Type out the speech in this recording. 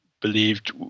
believed